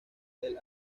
del